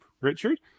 Richard